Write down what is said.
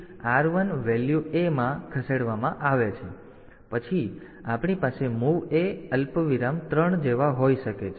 તેથી R1 value A માં ખસેડવામાં આવે છે પછી આપણી પાસે મૂવ A અલ્પવિરામ 3 જેવા હોઈ શકે છે